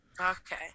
Okay